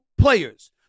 players